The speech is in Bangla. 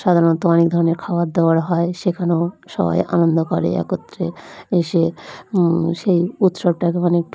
সাধারণত অনেক ধরনের খাবার দওয়ার হয় সেখানেও সবাই আনন্দ করে একত্রে এসে সেই উৎসবটাকে অনেক